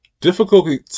difficulty